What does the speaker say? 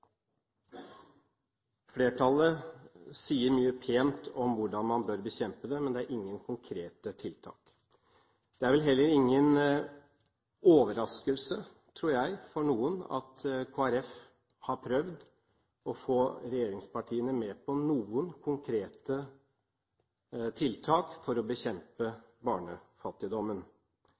Flertallet sier mye pent om hvordan man bør bekjempe den, men det er ingen konkrete tiltak. Det er vel heller ingen overraskelse for noen, tror jeg, at Kristelig Folkeparti har prøvd å få regjeringspartiene med på noen konkrete tiltak for å bekjempe barnefattigdommen.